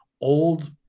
old